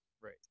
Right